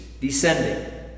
descending